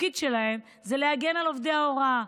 התפקיד שלהם הוא להגן על עובדי ההוראה.